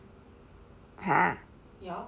!huh!